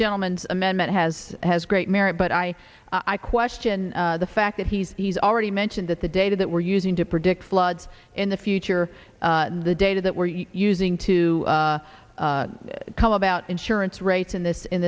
gentleman amendment has has great merit but i i question the fact that he's he's already mentioned that the data that we're using to predict floods in the future the data that we're using to come about insurance rates in this in